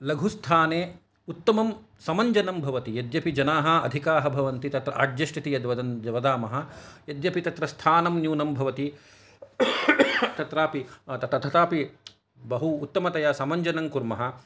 लधु स्थाने उत्तमं समञ्जनं भवति यद्यपि जनाः अधिकाः भवन्ति तत् अड्जस्ट् इति यत् वदामः यद्यपि तत्र स्थानं न्यूनं भवति तत्रापि तथापि बहु उत्तमतया समञ्जनं कुर्मः